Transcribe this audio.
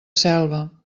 selva